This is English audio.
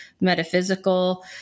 metaphysical